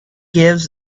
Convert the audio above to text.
gives